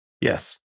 Yes